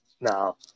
No